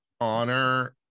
honor